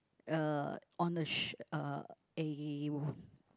uh on the sh~ uh a